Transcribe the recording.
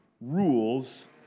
rules